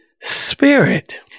Spirit